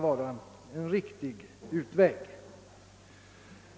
Herr talman!